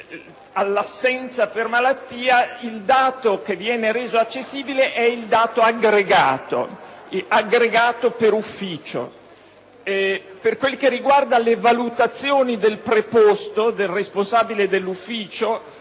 all'assenza per malattia, il dato che viene reso accessibile è il dato aggregato per ufficio. Per quanto riguarda le valutazioni del preposto, del responsabile dell'ufficio,